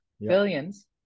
billions